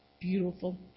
beautiful